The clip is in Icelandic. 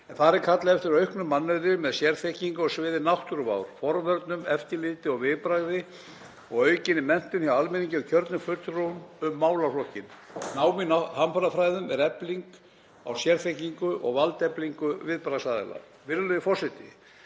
er kallað eftir auknum mannauði með sérþekkingu á sviði náttúruvár, á forvörnum, eftirliti og viðbragði og aukinni menntun hjá almenningi og kjörnum fulltrúum um málaflokkinn. Nám í hamfarafræðum er efling á sérþekkingu og valdefling viðbragðsaðila. Virðulegur forseti.